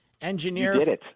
engineer